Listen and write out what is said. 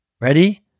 Ready